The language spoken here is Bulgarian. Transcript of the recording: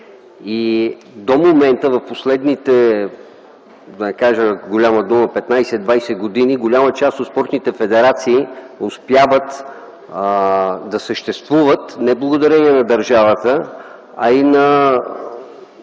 До момента, в последните, да не кажа голяма дума 15-20 години, голяма част от спортните федерации успяват да съществуват не благодарение на държавата, а и на